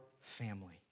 family